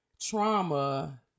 trauma